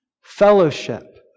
fellowship